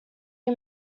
you